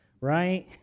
right